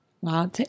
Wow